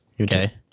Okay